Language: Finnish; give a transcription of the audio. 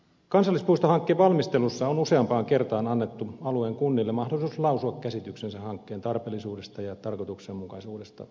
kansallispuistohankkeen valmistelussa on useampaan kertaan annettu alueen kunnille mahdollisuus lausua käsityksensä hankkeen tarpeellisuudesta ja tarkoituksenmukaisuudesta